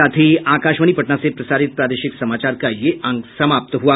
इसके साथ ही आकाशवाणी पटना से प्रसारित प्रादेशिक समाचार का ये अंक समाप्त हुआ